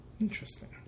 Interesting